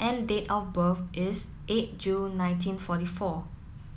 and date of birth is eight June nineteen forty four